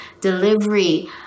Delivery